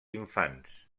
infants